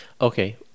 Okay